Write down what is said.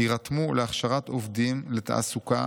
יירתמו להכשרת עובדים לתעסוקה,